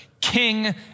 King